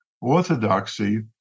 orthodoxy